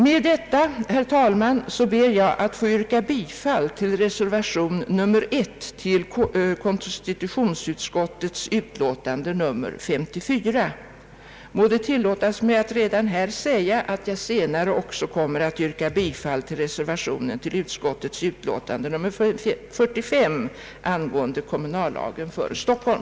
Med detta, herr talman, ber jag att få yrka bifall till reservationen 1 till konstitutionsutskottets utlåtande nr 44. Må det tillåtas mig att redan här säga att jag senare också kommer att yrka bifall till reservationen vid utskottets utlåtande nr 45 angående kommunallagen för Stockholm.